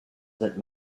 that